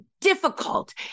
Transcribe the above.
difficult